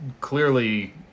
clearly